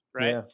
Right